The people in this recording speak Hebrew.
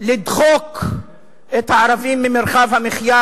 לדחוק את הערבים ממרחב המחיה,